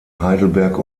heidelberg